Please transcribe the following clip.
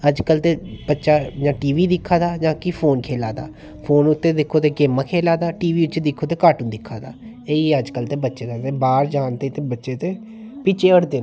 ते अज्जकल बच्चा जां टीवी दिक्खा दा जां फोन खेल्ला दा फोनै च दिक्खो तां गेमां खेल्ला दा ते टीवी पर दिक्खो ते कॉर्टून दिक्खा दा ते एह् अज्जकल बच्चें दा ते बाहर जान ते बच्चें दा ते पिच्छें हटदे न